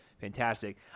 fantastic